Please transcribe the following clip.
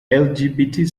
lgbt